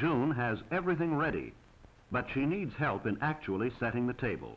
june has everything ready but she needs help in actually setting the table